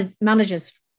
managers